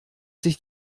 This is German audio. sich